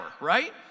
right